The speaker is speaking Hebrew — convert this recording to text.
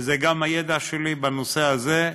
וזה גם הידע שלי בנושא הזה,